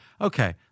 Okay